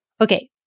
okay